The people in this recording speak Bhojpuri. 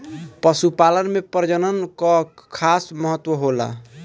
पशुपालन में प्रजनन कअ खास महत्व होला